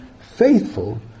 faithful